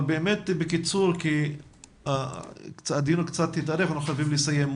אבל בקיצור כי הדיון קצת התארך ואנחנו חייבים לסיים את הדיון.